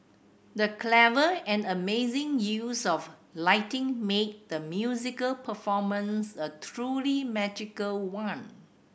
the clever and amazing use of lighting made the musical performance a truly magical one